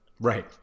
Right